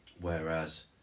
whereas